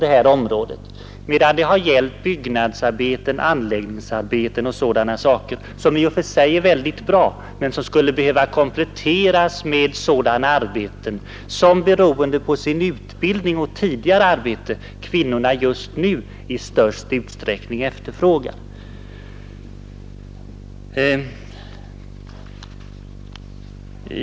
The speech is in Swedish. Satsningarna har gällt byggnadsarbeten, anläggningsarbeten och liknande. De är i och för sig mycket bra, men de skulle behöva kompletteras med sådana arbeten som kvinnorna, beroende på sin utbildning och sina tidigare arbeten, mest efterfrågar.